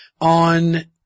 on